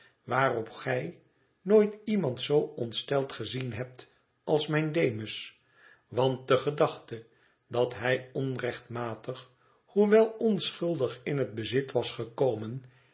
waarop gij nooit iemand zoo ontsteld gezien hebt als mijn demus want de gedachte dat hij onrechtmatig hoewel onschuldig in het bezit was gekomen